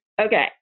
Okay